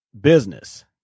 business